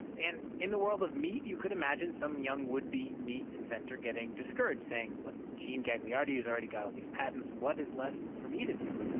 and in the world of meat, you could imagine some young would-be meat inventor getting discouraged saying, look, gene gagliardi's already got all these patents. what is left for me to do?